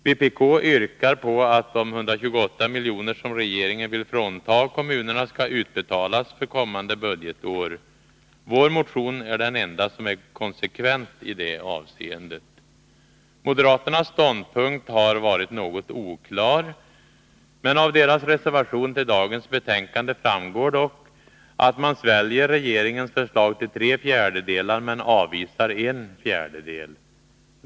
Vpk yrkar att de 128 miljoner som regeringen vill frånta kommunerna skall utbetalas för kommande budgetår. Vår motion är den enda som är konsekvent i det avseendet. Moderaternas ståndpunkt har varit något oklar. Av deras reservation till dagens betänkande framgår dock att man sväljer regeringens förslag till tre fjärdedelar, men avvisar en fjärdedel.